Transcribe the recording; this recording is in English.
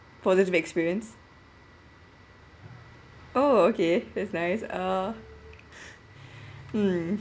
for this experience oh okay that's nice uh hmm